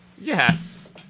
Yes